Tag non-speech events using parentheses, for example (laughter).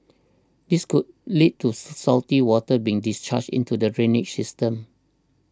this could lead to (noise) silty water being discharged into the drainage system